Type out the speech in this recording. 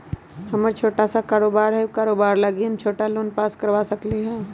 हमर छोटा सा कारोबार है उ कारोबार लागी हम छोटा लोन पास करवा सकली ह?